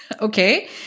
Okay